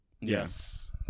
Yes